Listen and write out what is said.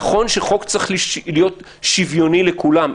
נכון שחוק צריך להיות שוויוני לכולם,